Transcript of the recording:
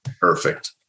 Perfect